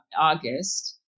August